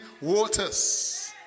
waters